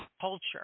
culture